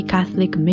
Catholic